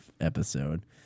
episode